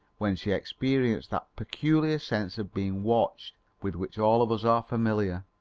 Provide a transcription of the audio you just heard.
when she experienced that peculiar sense of being watched with which all of us are familiar,